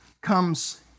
comes